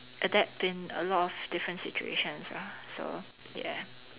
adapt in a lot of different situations ah so ya